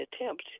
attempt